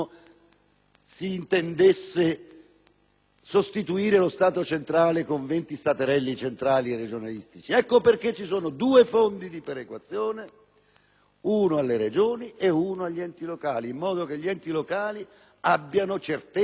sostituire lo Stato centrale con 20 staterelli centrali e regionalistici; ecco perché ci sono due fondi di perequazione (uno per le Regioni e uno per gli enti locali), in modo che gli enti locali abbiano certezza e contezza delle risorse che